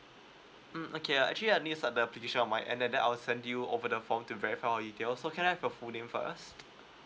mm okay err actually I need uh the application on my end and then I'll send you over the form to verify so can I have your full name first